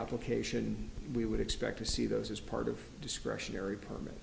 application we would expect to see those as part of discretionary perm